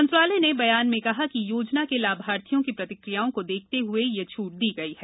मंत्रालय ने बयान में कहा कि योजना के लाभार्थियों की प्रतिक्रियाओं को देखते हुए यह छूट दी गई है